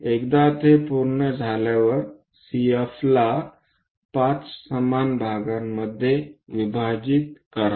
एकदा ते पूर्ण झाल्यावर CF ला 5 समान भागांमध्ये विभाजित करा